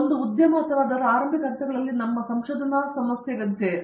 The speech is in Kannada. ಒಂದು ಉದ್ಯಮ ಅಥವಾ ಅದರ ಆರಂಭಿಕ ಹಂತಗಳಲ್ಲಿ ನಮ್ಮ ಸಂಶೋಧನಾ ಸಮಸ್ಯೆಯಂತೆಯೇ